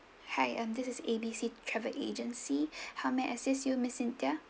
hi um this is A B C travel agency how may I assist you miss cynthia